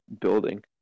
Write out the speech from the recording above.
building